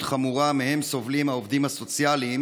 חמורה שמהם סובלים העובדים הסוציאליים